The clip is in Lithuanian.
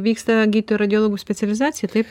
vyksta gydytojų radiologų specializacija taip